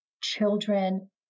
children